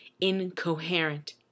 incoherent